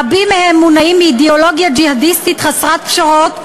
רבים מהם מונעים מאידיאולוגיה ג'יהאדיסטית חסרת פשרות,